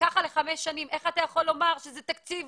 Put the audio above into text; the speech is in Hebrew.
כך זה לחמש שנים, אז איך אתה יכול לומר שזה תקציב